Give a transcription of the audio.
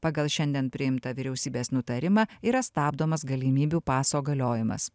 pagal šiandien priimtą vyriausybės nutarimą yra stabdomas galimybių paso galiojimas